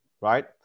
Right